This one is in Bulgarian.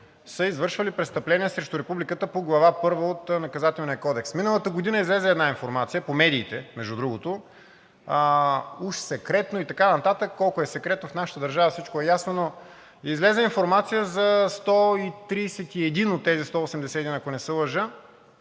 са извършвали престъпление срещу Републиката по глава първа от Наказателния кодекс. Миналата година излезе една информация по медиите, между другото, уж секретно и така нататък – колко е секретно, в нашата държава всичко е ясно, но излезе информация за 131 от тези 181, ако не се лъжа,